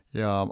ja